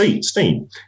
steam